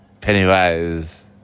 Pennywise